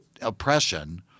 oppression